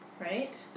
right